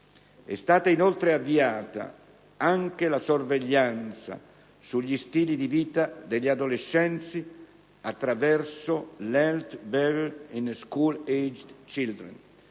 È stata inoltre avviata anche la sorveglianza sugli stili di vita degli adolescenti attraverso l'*Health Behaviour in School-aged Children*